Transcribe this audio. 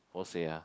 hosei ah